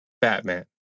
Batman